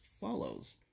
follows